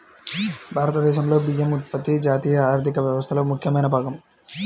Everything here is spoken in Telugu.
భారతదేశంలో బియ్యం ఉత్పత్తి జాతీయ ఆర్థిక వ్యవస్థలో ముఖ్యమైన భాగం